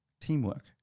teamwork